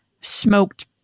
smoked